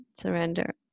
surrender